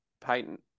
patent